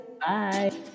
Bye